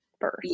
first